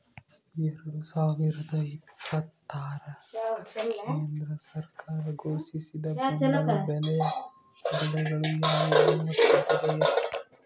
ಎರಡು ಸಾವಿರದ ಇಪ್ಪತ್ತರ ಕೇಂದ್ರ ಸರ್ಕಾರ ಘೋಷಿಸಿದ ಬೆಂಬಲ ಬೆಲೆಯ ಬೆಳೆಗಳು ಯಾವುವು ಮತ್ತು ಬೆಲೆ ಎಷ್ಟು?